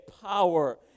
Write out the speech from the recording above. power